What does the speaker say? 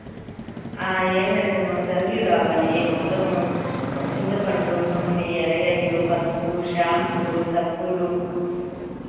ఏమి లేదు సార్ మాకు సరుకులు కావాలి మొత్తం చింతపండు నూనె ఎర్రగడ్డలు పసుపు షాంపులు సబ్బులు